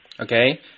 okay